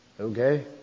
Okay